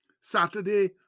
Saturday